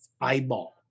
eyeball